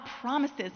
promises